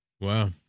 Wow